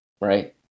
right